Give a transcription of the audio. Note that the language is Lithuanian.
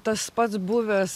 tas pats buvęs